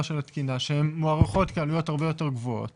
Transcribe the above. של התקינה שמוערכות כעלויות הרבה יותר גבוהות